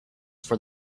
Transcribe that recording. for